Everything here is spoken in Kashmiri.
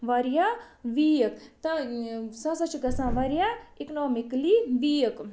واریاہ ویٖک تہٕ سُہ ہَسا چھِ گَژھان واریاہ اِکنامِکٔلی ویٖک